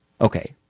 okay